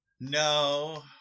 No